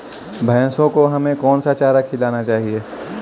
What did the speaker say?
भैंसों को हमें कौन सा चारा खिलाना चाहिए?